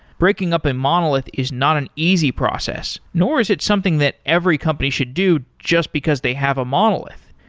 breaking up a monolith is not an easy process, nor is it something that every company should do just because they have a monolith.